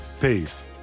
Peace